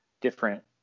different